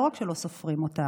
לא רק שלא סופרים אותם,